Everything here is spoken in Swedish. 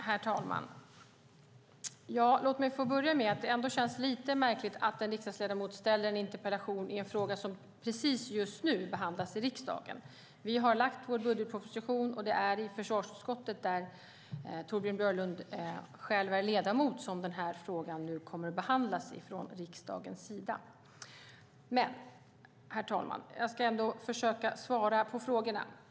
Herr talman! Det känns lite märkligt att en riksdagsledamot ställer en interpellation i en fråga som just nu behandlas i riksdagen. Vi har lagt fram vår budgetproposition, och frågan kommer att behandlas i riksdagens försvarsutskott där Torbjörn Björlund är ledamot. Herr talman! Jag ska ändå försöka svara på frågorna.